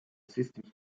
systems